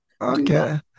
Okay